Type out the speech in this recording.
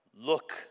Look